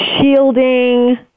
shielding